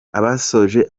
abasoje